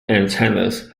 antennas